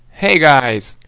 hey guys!